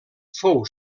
fou